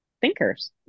thinkers